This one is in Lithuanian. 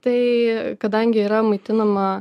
tai kadangi yra maitinama